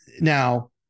Now